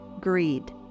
greed